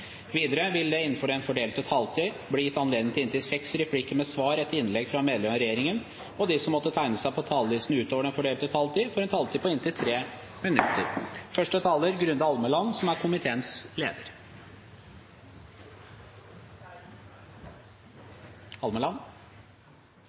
Videre vil det – innenfor den fordelte taletid – bli gitt anledning til inntil seks replikker med svar etter innlegg fra medlem av regjeringen, og de som måtte tegne seg på talerlisten utover den fordelte taletid, får en taletid på inntil 3 minutter.